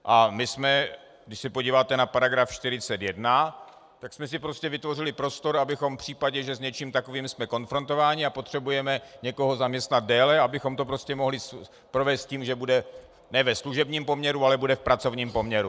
A my jsme, když se podíváte na § 41, tak jsme si prostě vytvořili prostor, abychom v případě, že jsme s něčím takovým konfrontováni a potřebujeme někoho zaměstnat déle, abychom to prostě mohli provést tím, že bude ne ve služebním poměru, ale bude v pracovním poměru.